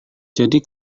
jadi